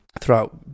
throughout